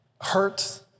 hurt